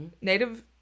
Native